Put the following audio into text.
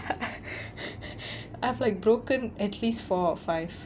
I've like broken at least four or five